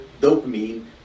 dopamine